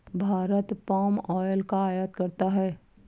Bharat palm oil का आयात करता है